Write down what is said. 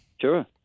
Sure